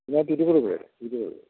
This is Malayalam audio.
ഇതിനകത്ത് ഇരുപത് പേര് ഇരുപത് പേര്